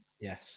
Yes